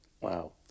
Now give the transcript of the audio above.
Wow